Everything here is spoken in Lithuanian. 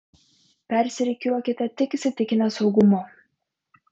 persirikiuokite tik įsitikinę saugumu